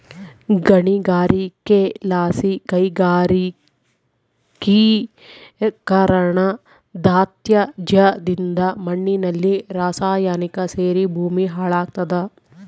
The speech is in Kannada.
ಗಣಿಗಾರಿಕೆಲಾಸಿ ಕೈಗಾರಿಕೀಕರಣದತ್ಯಾಜ್ಯದಿಂದ ಮಣ್ಣಿನಲ್ಲಿ ರಾಸಾಯನಿಕ ಸೇರಿ ಭೂಮಿ ಹಾಳಾಗ್ತಾದ